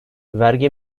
vergi